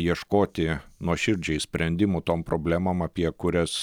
ieškoti nuoširdžiai sprendimų tom problemom apie kurias